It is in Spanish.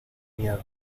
miedo